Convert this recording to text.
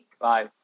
Bye